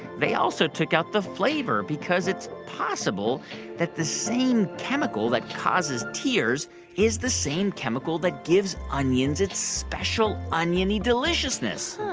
they also took out the flavor because it's possible that the same chemical that causes tears is the same chemical that gives onions its special oniony deliciousness